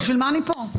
בשביל מה אני פה?